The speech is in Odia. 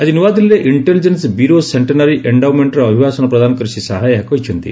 ଆଜି ନୂଆଦିଲ୍ଲୀରେ ଇଷ୍ଟେଲିଜେନ୍ସ ବ୍ୟୁରୋ ସେକ୍ଷେନାରୀ ଏଣ୍ଡାଓମେଣ୍ଟରେ ଅଭିଭାଷଣ ପ୍ରଦାନ କରି ଶ୍ରୀ ଶାହା ଏହା କହିଛନ୍ତି